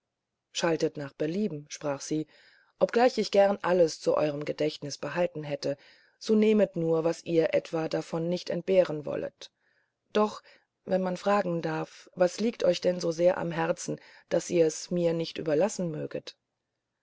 schaltet nach belieben sprach sie obgleich ich gerne alles zu eurem gedächtnis behalten hätte so nehmet nur was ihr etwa davon nicht entbehren wollet doch wenn man fragen darf was liegt euch denn so sehr am herzen daß ihr es mir nicht überlassen möget